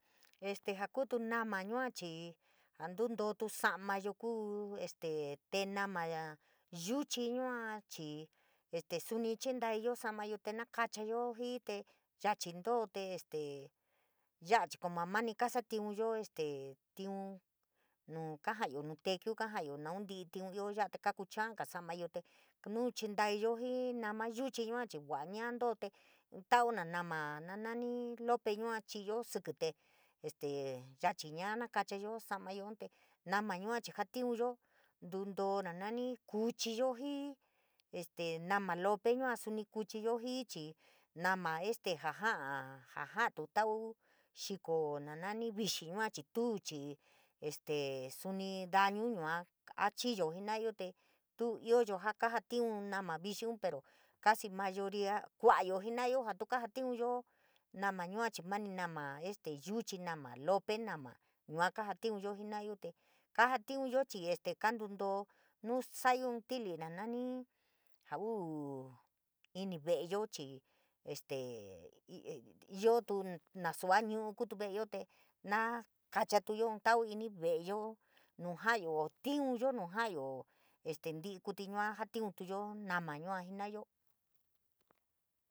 Este ja kutu nama yua chii jaa ntutootu sa’amayo kuu este te nama yuchi yua chii este suni chentaiiyo sa’amayo te nakachayo jii te yachi ntoo te stee yaa chii como jaa mani kaasatiunyo este tiun nuu kajayo nu tequiu kaaja’ayo náum ti’i tiun jaa ya a te kakuchaaga samayo te nuu chindaiya jii nama yuchi yua chii vaa ñaa too te tauna nama na nani looe yua chiiyo síkí te este yachi ñaa nakochayo samayo te nama yua chii jatiunyo ntundoo na nani kuuchillo jii este nama lope yua suni kuchillo jii chii nama este ja ja’a jaatu tau xiko na nani vixi yua chii tuu chii este suni dañuu yua a chiyo jena’ayo te tuu iooyo jaa kaja tiun nama vixiun pero casi mayoría kua’ayo jena’ayo jaa tuu kajatiunyo nama yua chii mani nama este yuchi nama lope nama yua kajatiunyo jena’ayo te kajatiunyo chii te kantuntoo nuu sa’a in ti’li nanii jauu ini ve’eyo chii este yootu na sua ñu’u kuutu ve’eyo te naa kachautuyo inn tau kuu ini ve’eyo nuu ja’ayo tiunyò nuu ja’ayo este inti’i kuiti yua jatiuntuyo nama yua jinoyo